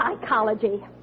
psychology